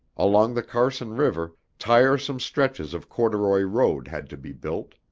along the carson river, tiresome stretches of corduroy road had to be built.